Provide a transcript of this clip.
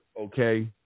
okay